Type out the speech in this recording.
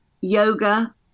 yoga